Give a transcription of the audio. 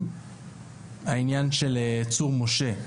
העניין של צור משה,